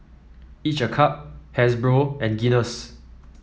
each a cup Hasbro and Guinness